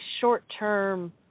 short-term